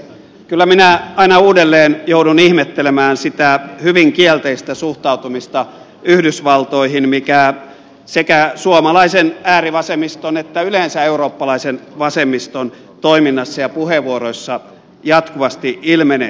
kyllä minä aina uudelleen joudun ihmettelemään sitä hyvin kielteistä suhtautumista yhdysvaltoihin mikä sekä suomalaisen äärivasemmiston että yleensä eurooppalaisen vasemmiston toiminnassa ja puheenvuoroissa jatkuvasti ilmenee